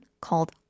called